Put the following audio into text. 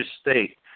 state